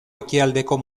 ekialdeko